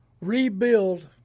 rebuild